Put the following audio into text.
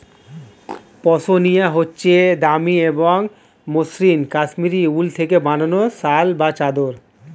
পশমিনা হচ্ছে দামি এবং মসৃন কাশ্মীরি উল থেকে বানানো শাল বা চাদর